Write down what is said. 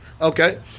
Okay